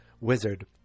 wizard